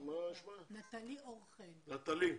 נטלי,